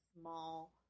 small